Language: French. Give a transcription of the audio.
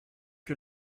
que